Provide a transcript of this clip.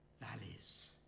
valleys